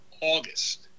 August